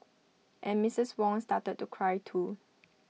and Mistress Wong started to cry too